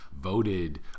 voted